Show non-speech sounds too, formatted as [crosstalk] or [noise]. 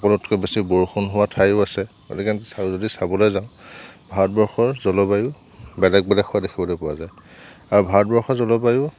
সকলোতকৈ বেছি বৰষুণ হোৱা ঠাইও আছে গতিকে যদি [unintelligible] চাবলৈ যাওঁ ভাৰতবৰ্ষৰ জলবায়ু বেলেগ বেলেগ হোৱা দেখিবলৈ পোৱা যায় আৰু ভাৰতবৰ্ষৰ জলবায়ু